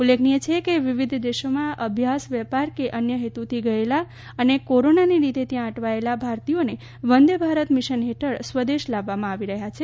ઉલ્લેખનીય છે કે વિવિધ દેશોમાં અભ્યાસ વેપાર કે અન્ય હેતુથી ગયેલા અને કોરોનાના લીધે ત્યાં અટવાયેલા ભારતીયોને વંદે ભારત મીશન હેઠળ સ્વદેશ લાવવામાં આવી રહ્યા છે